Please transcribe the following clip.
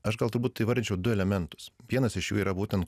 aš galbūt turbūt įvardyčiau du elementus vienas iš jų yra būtent